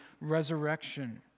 resurrection